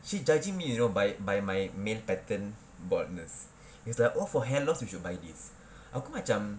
she judging me you know by by my male pattern baldness she was like oh for hair loss you buy this aku macam